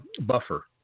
Buffer